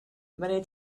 many